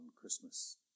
Christmas